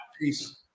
Peace